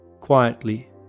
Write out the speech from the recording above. quietly